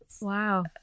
wow